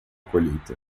colheita